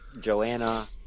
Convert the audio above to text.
Joanna